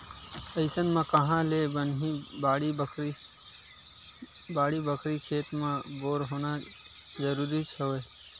अइसन म काँहा ले बनही बाड़ी बखरी, खेत म बोर होना जरुरीच हवय